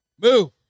Move